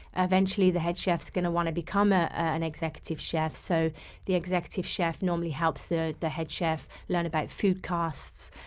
eventually, the head chef is going to want to become ah an executive chef, so the executive chef normally helps the the head chef learn about food costs,